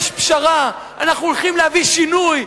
יש פשרה, אנחנו הולכים להביא שינוי.